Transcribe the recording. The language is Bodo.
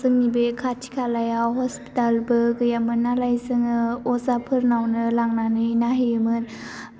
जोंनि बे खाथि खालायाव हस्पिटालबो गैयामोन नालाय जोङो अजाफोरनावनो लांनानै नायहैयोमोन